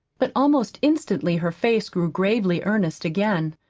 but almost instantly her face grew gravely earnest again.